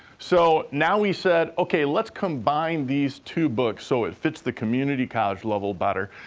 so now, we said, okay, let's combine these two books so it fits the community college level better,